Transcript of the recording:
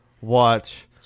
watch